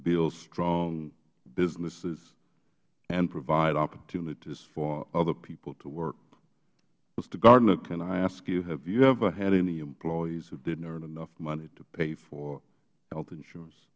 build strong businesses and provide opportunities for other people to work mister gardiner can i ask you have you ever had any employees who didn't earn enough money to pay for health insurance